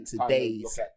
today's